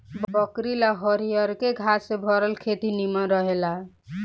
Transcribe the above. बकरी ला हरियरके घास से भरल खेत ही निमन रहेला